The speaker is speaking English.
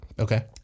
Okay